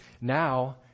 Now